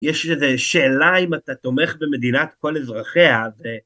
יש שאלה אם אתה תומך במדינת כל אזרחיה